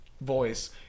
voice